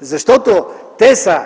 Защото те са